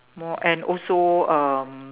more and also um